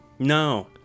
No